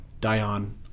Dion